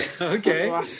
Okay